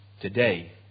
Today